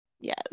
yes